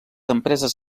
empreses